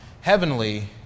heavenly